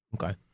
Okay